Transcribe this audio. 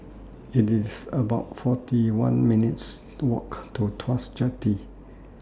It's about forty one minutes' Walk to Tuas Jetty